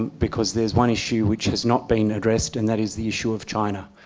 because there's one issue which has not been addressed, and that is the issue of china.